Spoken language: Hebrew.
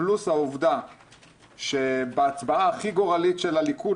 פלוס העובדה שבהצבעה הכי גורלית של הליכוד,